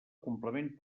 complement